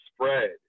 spread